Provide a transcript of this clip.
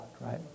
right